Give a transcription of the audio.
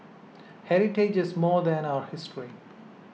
heritage is more than our history